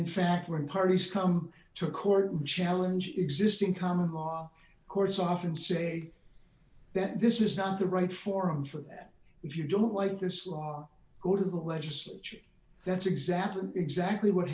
in fact were partly scum to a court challenge existing common law courts often say that this is not the right forum for that if you don't like this law go to the legislature that's exactly exactly what